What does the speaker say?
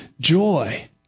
joy